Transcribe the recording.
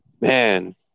Man